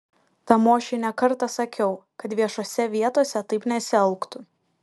tamošiui ne kartą sakiau kad viešose vietose taip nesielgtų